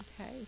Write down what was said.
Okay